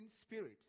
spirit